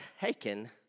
taken